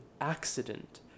accident